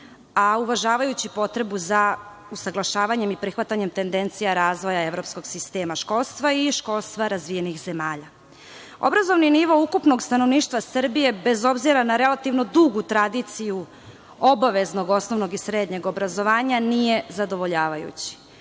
a uvažavajući potrebu za usaglašavanjem i prihvatanjem tendencija razvoja evropskog sistema školstva i školstva razvijenih zemalja. Obrazovni nivo ukupnog stanovništva Srbije, bez obzira na dugu tradiciju obaveznog osnovnog i srednjeg obrazovanja nije zadovoljavajući.